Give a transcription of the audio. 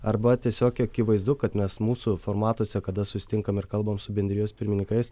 arba tiesiog akivaizdu kad mes mūsų formatuose kada susitinkam ir kalbam su bendrijos pirmininkais